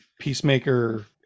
Peacemaker